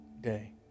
day